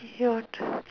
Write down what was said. your turn